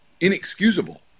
inexcusable